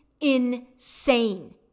insane